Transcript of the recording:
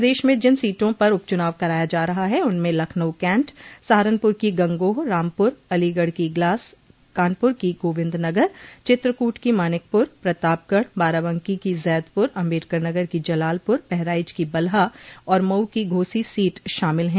प्रदेश में जिन सीटों पर उपचुनाव कराया जा रहा है उनमें लखनऊ कैन्ट सहारनपुर की गंगोह रामपुर अलीगढ़ ँ की इग्लास कानपुर की गोविन्दनगर चित्रकूट की मानिकपुर प्रतापगढ़ बाराबंकी की जैदपुर अम्बेडकरनगर की जलालपुर बहराइच की बलहा और मऊ की घोसी सीट शामिल है